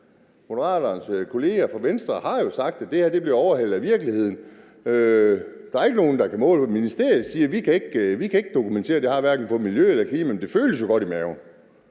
Moderaternes kolleger fra Venstre har jo sagt, at det her bliver overhalet af virkeligheden. Der er ikke nogen, der kan måle den. Ministeriet siger, at de ikke kan dokumentere, hvilken effekt det har på hverken miljø eller klima, men det føles godt i maven.